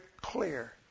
clear